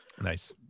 nice